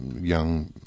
young